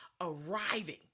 arriving